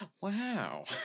Wow